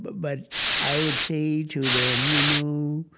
but but i would say to them, you know,